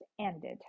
ended